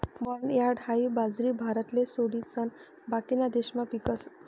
barnyard हाई बाजरी भारतले सोडिसन बाकीना देशमा पीकस